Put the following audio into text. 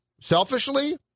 selfishly